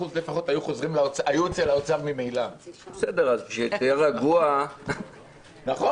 פשוט אנחנו פה --- אני מזכיר לך שכמה חוקים כן עברו גם בכנסת הזאת.